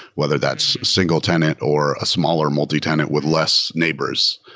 whether that's single tenant or a smaller multitenant with less neighbors.